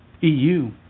EU